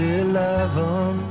eleven